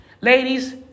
Ladies